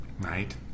Right